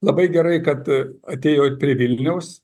labai gerai kad atėjo prie vilniaus